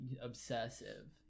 obsessive